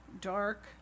dark